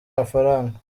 amafaranga